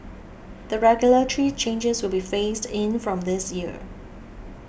the regulatory changes will be phased in from this year